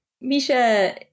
Misha